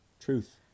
truth